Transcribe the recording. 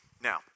now